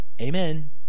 Amen